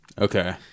Okay